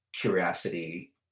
curiosity